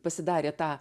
pasidarė tą